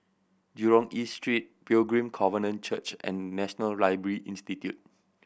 Jurong East Street Pilgrim Covenant Church and National Library Institute